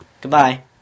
Goodbye